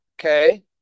okay